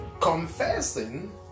confessing